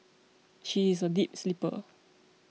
she is a deep sleeper